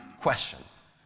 questions